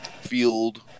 field